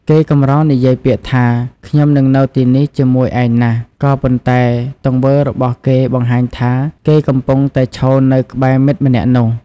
គេកម្រនិយាយពាក្យថា "ខ្ញុំនឹងនៅទីនេះជាមួយឯងណាស់" ក៏ប៉ុន្តែទង្វើរបស់គេបង្ហាញថា គេកំពុងតែឈរនៅក្បែរមិត្តម្នាក់នោះ។